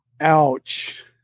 ouch